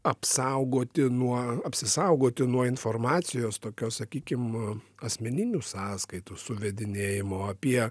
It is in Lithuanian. apsaugoti nuo apsisaugoti nuo informacijos tokios sakykim asmeninių sąskaitų suvedinėjimo apie